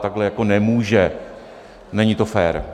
Takhle jako nemůže, není to fér.